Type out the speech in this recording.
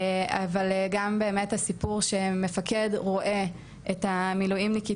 אבל גם באמת הסיפור שמפקד רואה את המילואמניקית